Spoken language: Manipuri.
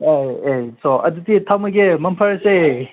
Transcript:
ꯑꯩ ꯑꯩ ꯁꯣ ꯑꯗꯨꯗꯤ ꯊꯝꯃꯒꯦ ꯃꯪ ꯐꯔꯁꯦ